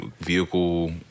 vehicle